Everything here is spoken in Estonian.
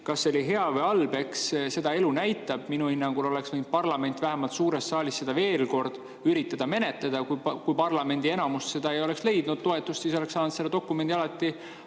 Kas see oli hea või halb, eks seda elu näitab. Minu hinnangul oleks võinud parlament vähemalt suures saalis seda veel kord üritada menetleda. Kui parlamendi enamuse toetust ei oleks leitud, siis oleks saanud selle dokumendi alati